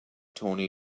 tony